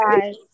guys